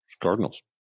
Cardinals